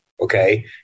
Okay